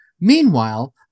Meanwhile